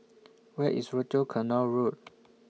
Where IS Rochor Canal Road